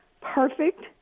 perfect